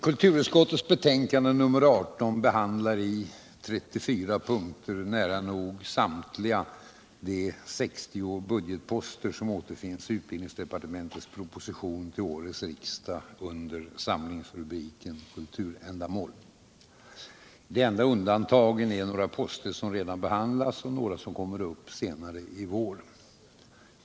Kulturutskottets betänkande nr 18 behandlar i 34 punkter nära nog samtliga de 60 budgetposter som återfinns i utbildningsdepartementets proposition till årets riksdag under samlingsrubriken Kulturändamål. De enda undantagen är några poster som redan behandlats och några som kommer upp senare i vår.